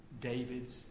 David's